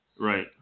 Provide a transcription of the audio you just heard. Right